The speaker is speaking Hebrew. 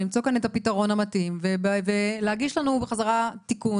למצוא כאן את הפתרון המתאים ולהגיש לנו בחזרה תיקון,